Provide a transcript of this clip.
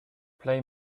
play